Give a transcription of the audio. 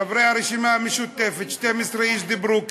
חברי הרשימה המשותפת, 12 איש דיברו כאן,